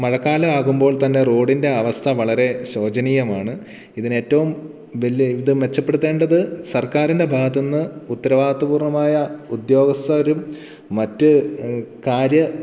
മഴക്കാലവാകുമ്പോൾ തന്നെ റോഡിന്റെ അവസ്ഥ വളരെ ശോചനീയമാണ് ഇതിനേറ്റവും ബെല്ല് ഇത് മെച്ചപ്പെടുത്തേണ്ടത് സർക്കാരിന്റെ ഭാഗത്ത് നിന്ന് ഉത്തരവാദിത്വ പൂർണ്ണമായ ഉദ്യോഗസ്ഥരും മറ്റ് കാര്യം